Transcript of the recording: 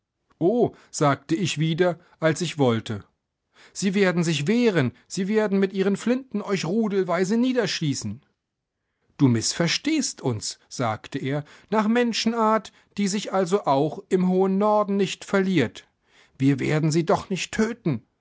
oh sagte ich wilder als ich wollte sie werden sich wehren sie werden mit ihren flinten euch rudelweise niederschießen du mißverstehst uns sagte er nach menschenart die sich also auch im hohen norden nicht verliert wir werden sie doch nicht töten